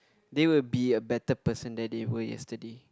they will be a better person then they were yesterday